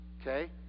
okay